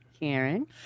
Karen